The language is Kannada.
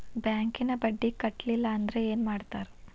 ಬ್ಯಾಂಕಿನ ಬಡ್ಡಿ ಕಟ್ಟಲಿಲ್ಲ ಅಂದ್ರೆ ಏನ್ ಮಾಡ್ತಾರ?